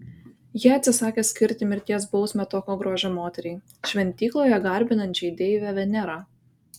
jie atsisakė skirti mirties bausmę tokio grožio moteriai šventykloje garbinančiai deivę venerą